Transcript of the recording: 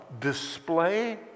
Display